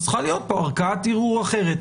אז צריכה להיות פה ערכאת ערעור אחרת.